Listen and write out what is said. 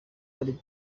ari